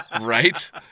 right